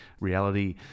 reality